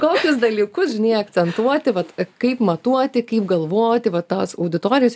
kokius dalykus žinai akcentuoti vat kaip matuoti kaip galvoti va tos auditorijos